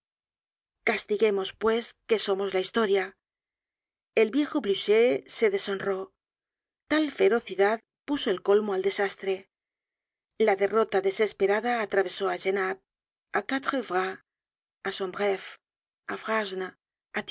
castiguemos pues que somos la historia el viejo blucher se deshonró tal ferocidad puso el colmo al desastre la derrota desesperada atravesó á genappe á